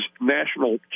National